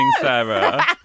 Sarah